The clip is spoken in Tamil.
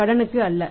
கடனுக்கு அல்ல